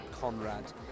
Conrad